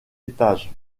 étage